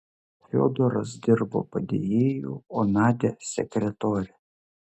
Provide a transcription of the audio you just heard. fiodoras dirbo padėjėju o nadia sekretore